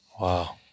Wow